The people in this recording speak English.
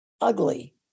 Ugly